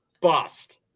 bust